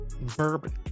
bourbon